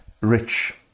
rich